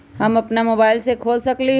हम अपना मोबाइल से खोल सकली ह?